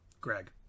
Greg